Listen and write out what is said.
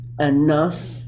enough